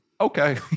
Okay